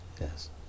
Yes